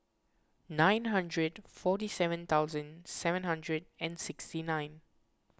nine hundred and forty seven thousand seven hundred and sixty nine